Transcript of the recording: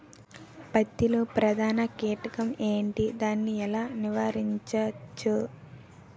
పత్తి లో ప్రధాన కీటకం ఎంటి? దాని ఎలా నీవారించచ్చు?